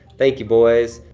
thank you, boys.